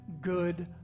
good